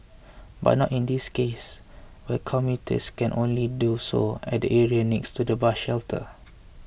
but not in this case where commuters can only do so at the area next to the bus shelter